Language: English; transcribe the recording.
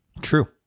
True